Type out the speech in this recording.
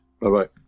Bye-bye